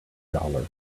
dollar